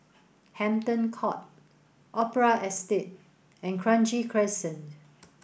Hampton Court Opera Estate and Kranji Crescent